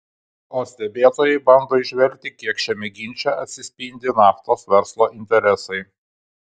o stebėtojai bando įžvelgti kiek šiame ginče atsispindi naftos verslo interesai